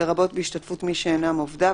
לרבות בהשתתפות מי שאינם עובדיו,